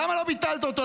למה לא ביטלת אותו,